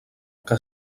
que